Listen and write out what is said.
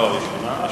לא הראשונה.